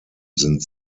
sind